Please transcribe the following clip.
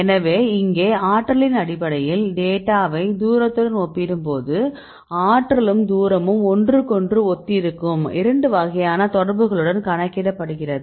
எனவே இங்கே ஆற்றலின் அடிப்படையில் டேட்டாவைப் தூரத்துடன் ஒப்பிடும்போது ஆற்றலும் தூரமும் ஒன்றுக்கொன்று ஒத்திருக்கும் இரண்டு வகையான தொடர்புகளுடன் கணக்கிடப்படுகிறது